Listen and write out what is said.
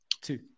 two